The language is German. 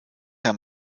der